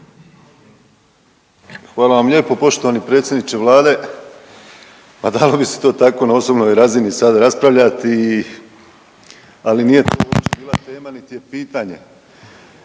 Hvala vam lijepo poštovani predsjedniče vlade, pa dalo bi se to tako na osobnoj razini sad raspravljati, ali nije to uopće bila tema, nit je pitanje,